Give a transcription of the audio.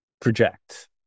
project